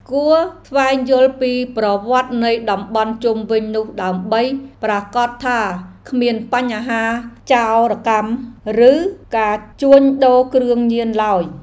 គួរស្វែងយល់ពីប្រវត្តិនៃតំបន់ជុំវិញនោះដើម្បីប្រាកដថាគ្មានបញ្ហាចោរកម្ម ឬការជួញដូរគ្រឿងញៀនឡើយ។